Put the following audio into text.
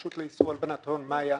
הרשות לאיסור הלבנת הון, מאיה,